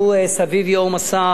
מסביב ייהום הסער,